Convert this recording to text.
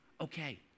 okay